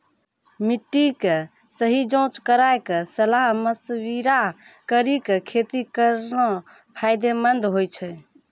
मिट्टी के सही जांच कराय क सलाह मशविरा कारी कॅ खेती करना फायदेमंद होय छै